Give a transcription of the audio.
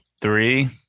three